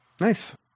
Nice